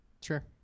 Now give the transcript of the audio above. sure